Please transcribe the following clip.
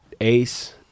ACE